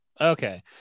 Okay